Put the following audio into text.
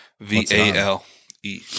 V-A-L-E